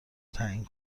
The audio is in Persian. تعیین